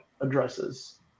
addresses